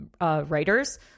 writers